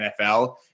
NFL